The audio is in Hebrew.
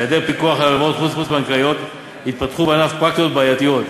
בהיעדר פיקוח על הלוואות חוץ-בנקאיות התפתחו בענף פרקטיקות בעייתיות.